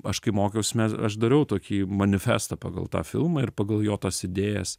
aš kai mokiausi mes aš dariau tokį manifestą pagal tą filmą ir pagal jo tas idėjas